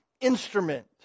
instrument